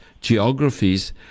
geographies